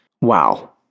Wow